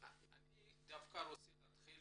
אני דווקא רוצה להתחיל